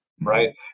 Right